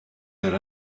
her